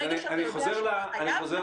ברגע שאתה יודע שאתה חייב, אתה עושה את ההבדל.